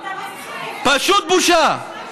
פשוט בושה.